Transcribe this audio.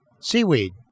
seaweed